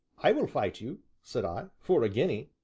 i will fight you, said i, for a guinea.